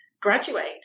graduate